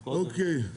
אוקיי.